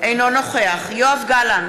אינו נוכח יואב גלנט,